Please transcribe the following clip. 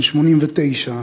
בן 89,